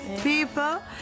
People